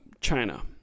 China